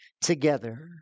together